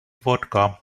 vodka